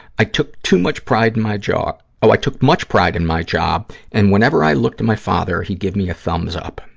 i took too much pride in my, oh, i took much pride in my job, and whenever i looked at my father he'd give me a thumbs-up.